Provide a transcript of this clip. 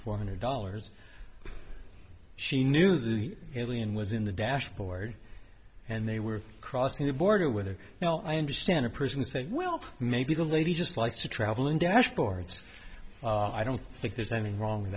four hundred dollars she knew the alien was in the dashboard and they were crossing the border with it now i understand a person saying well maybe the lady just likes to travel in dashboards i don't think there's anything wrong with